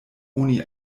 oni